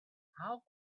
how